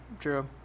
true